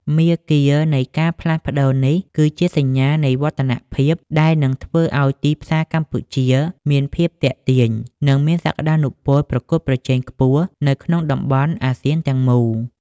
មាគ៌ានៃការផ្លាស់ប្តូរនេះ គឺជាសញ្ញាណនៃវឌ្ឍនភាពដែលនឹងធ្វើឱ្យទីផ្សារកម្ពុជាមានភាពទាក់ទាញ និងមានសក្ដានុពលប្រកួតប្រជែងខ្ពស់នៅក្នុងតំបន់អាស៊ានទាំងមូល។